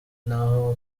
naho